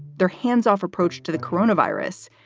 they're hands off approach to the corona virus.